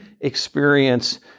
experience